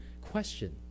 question